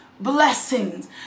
blessings